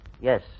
yes